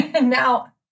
Now